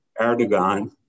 Erdogan